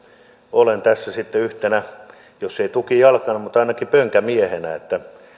olen tässä sitten yhtenä jos en tukijalkana niin ainakin pönkkämiehenä